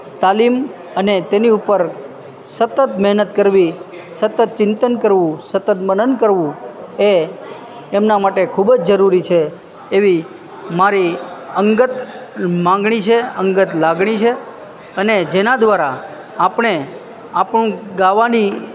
તાલીમ અને તેની ઉપર સતત મહેનત કરવી સતત ચિંતન કરવું સતત મનન કરવું એ એમના માટે ખૂબ જ જરૂરી છે એવી મારી અંગત માંગણી છે અંગત લાગણી છે અને જેના દ્વારા આપણે આપણું ગાવાની